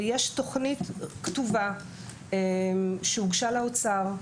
ויש תוכנית כתובה שהוגשה לאוצר,